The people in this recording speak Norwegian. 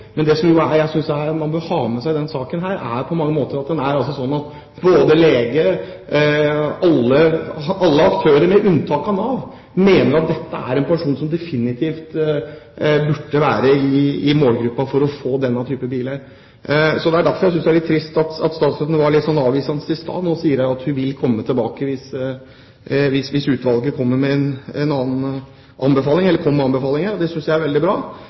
Men det jeg synes man bør ha med seg i denne saken, er at leger og alle aktører med unntak av Nav mener at dette er en person som definitivt burde vært i målgruppen for å få denne typen bil. Det er derfor jeg synes det er litt trist at statsråden var litt avvisende i stad. Nå sier hun at hun vil komme tilbake hvis utvalget kommer med anbefalinger, og det synes jeg er veldig bra. Vi vet at det er mange saker, og vi får mange henvendelser om nettopp denne problematikken. Dette handler om hvilken livskvalitet man skal gi mennesker som er